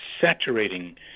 saturating